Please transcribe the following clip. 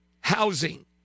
housing